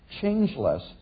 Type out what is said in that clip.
changeless